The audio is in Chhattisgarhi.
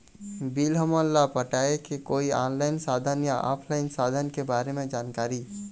बिल हमन ला पटाए के कोई ऑनलाइन साधन या ऑफलाइन साधन के बारे मे जानकारी?